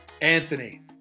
Anthony